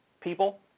people